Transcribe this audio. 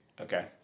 Okay